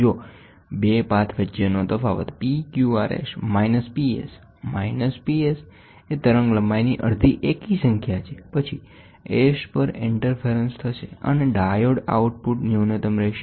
જો 2 પાથ વચ્ચેનો તફાવત PQRS minus PS minus PS એ તરંગલંબાઇની અડધી એકી સંખ્યા છે પછી S પર ઇન્ટરફેરંસ થશે અને ડાયોડ આઉટપુટ ન્યૂનતમ રહેશે